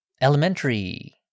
Elementary